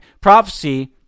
prophecy